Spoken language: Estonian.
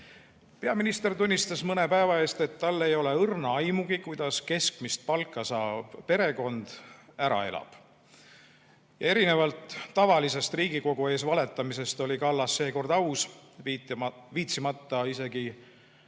Peaminister tunnistas mõne päeva eest, et tal ei ole õrna aimugi, kuidas keskmist palka saav perekond ära elab. Erinevalt tavalisest Riigikogu ees valetamisest oli Kallas seekord aus, viitsimata isegi